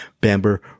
Bamber